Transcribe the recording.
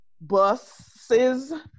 buses